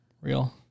Real